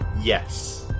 yes